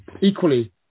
Equally